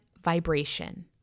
vibration